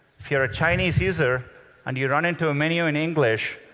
if you're a chinese user and you run into a menu in english,